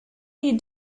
you